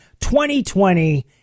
2020